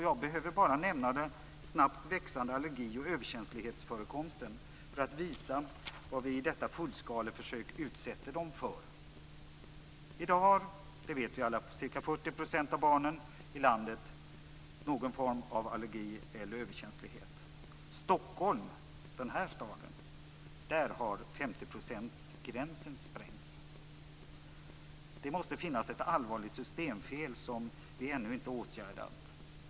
Jag behöver bara nämna den snabbt växande allergi och överkänslighetsförekomsten för att visa vad vi i detta fullskaleförsök utsätter dem för. I dag har, det vet vi alla, ca 40 % av barnen i landet någon form av allergi eller överkänslighet. I Stockholm, den här staden, har 50-procentsgränsen sprängts. Det måste finnas ett allvarligt systemfel som vi ännu inte har åtgärdat.